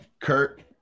Kurt